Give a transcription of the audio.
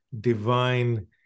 divine